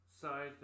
Side